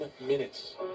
minutes